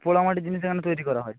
পোড়া মাটির জিনিস এখানে তৈরি করা হয়